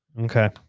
Okay